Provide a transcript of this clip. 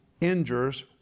injures